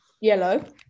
yellow